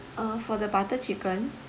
uh for the butter chicken